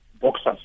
boxers